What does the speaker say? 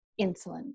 insulin